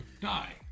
die